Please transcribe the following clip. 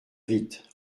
vite